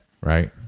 Right